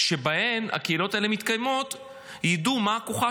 שבהן הקהילות האלה מתקיימות ידעו מה כוחה